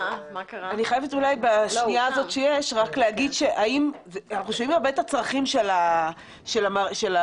אני חייבת לומר שאנחנו שומעים על הצרכים אבל